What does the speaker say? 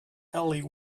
ellie